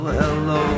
hello